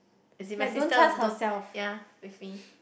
as in my sister don't ya with me